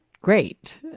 great